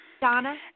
Donna